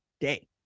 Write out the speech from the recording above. day